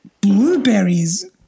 Blueberries